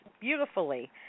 beautifully